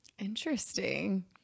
Interesting